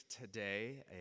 today